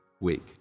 week